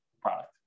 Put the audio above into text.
product